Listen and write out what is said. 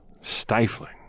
stifling